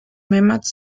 mehrmals